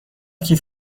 کیف